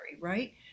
right